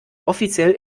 offiziell